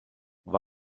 aber